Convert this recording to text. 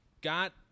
got